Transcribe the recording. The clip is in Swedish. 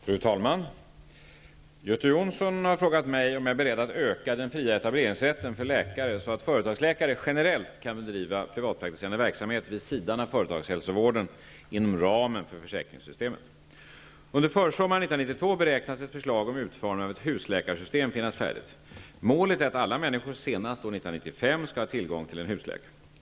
Fru talman! Göte Jonsson har frågat mig om jag är beredd att öka den fria etableringsrätten för läkare så att företagsläkare generellt kan driva privatpraktiserande verksamhet vid sidan av företagshälsovården inom ramen för försäkringssystemet. Under försommaren 1992 beräknas ett förslag om utformningen av ett husläkarsystem finnas färdigt. Målet är att alla människor senast år 1995 skall ha tillgång till en husläkare.